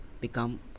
become